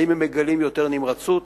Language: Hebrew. האם הם מגלים יותר נמרצות,